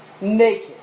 naked